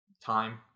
time